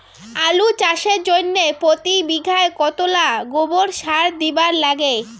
আলু চাষের জইন্যে প্রতি বিঘায় কতোলা গোবর সার দিবার লাগে?